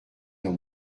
dans